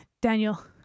Daniel